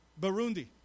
Burundi